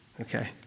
Okay